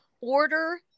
Order